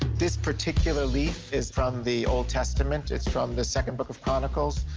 this particular leaf is from the old testament. it's from the second book of chronicles,